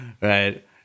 right